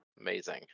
Amazing